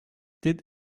did